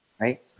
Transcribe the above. right